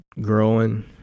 growing